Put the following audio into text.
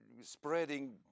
spreading